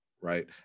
right